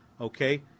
okay